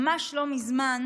ממש לא מזמן,